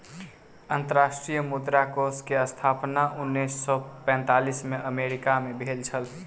अंतर्राष्ट्रीय मुद्रा कोष के स्थापना उन्नैस सौ पैंतालीस में अमेरिका मे भेल छल